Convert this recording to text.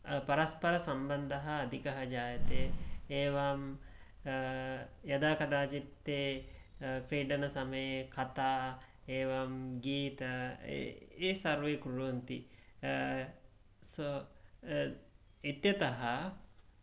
परस्परसम्बन्धः अधिकः जायते एवं यदा कदाचित् ते क्रीडनसमये खता एवं गीत ये सर्वे कुर्वन्ति सः इत्यतः